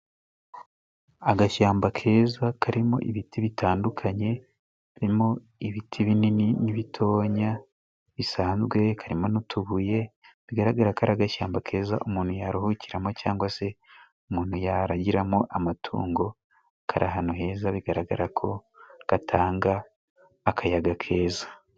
Agashyamba keza karimo ibiti bitandukanye birimo ibiti binini n'ibitonya bisanzwe, karimo n'utubuye bigaragara ko ari agashyamba keza umuntu yaruhukiramo, cyangwa se umuntu yaragiramo amatungo, kari ahantu heza bigaragara ko gatanga akayaga keza.